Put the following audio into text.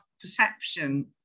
perception